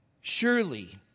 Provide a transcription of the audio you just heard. surely